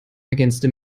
ergänzte